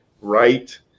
right